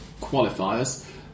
qualifiers